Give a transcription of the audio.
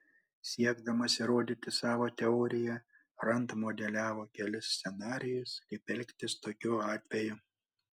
siekdamas įrodyti savo teoriją rand modeliavo kelis scenarijus kaip elgtis tokiu atveju